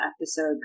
episode